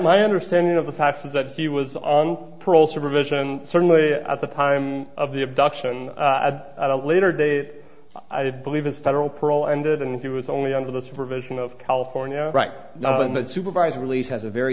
my understanding of the past is that he was on parole supervision certainly at the time of the abduction at a later date i believe is federal perl ended and he was only under the supervision of california right now and that supervised release has a very